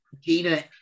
Gina